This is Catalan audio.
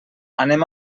anem